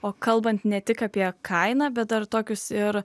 o kalbant ne tik apie kainą bet dar tokius ir